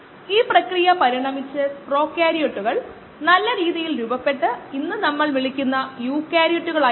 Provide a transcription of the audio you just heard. നശീകരണത്തിന്റെ പ്രധാന രീതികളിൽ താപ നശീകരണം ഉൾപ്പെടുന്നു കോശങ്ങളെ നശിപ്പിക്കാൻ ഉയർന്ന താപനില ഉപയോഗിക്കാം